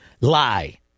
lie